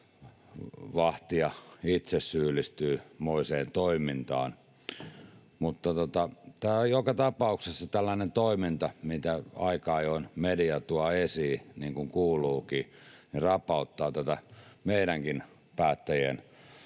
vahtija itse syyllistyy moiseen toimintaan. Mutta joka tapauksessa tällainen toiminta, mitä aika ajoin media tuo esiin, niin kuin kuuluukin, rapauttaa tätä meidänkin päättäjien